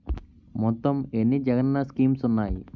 మొత్తం ఎన్ని జగనన్న స్కీమ్స్ ఉన్నాయి?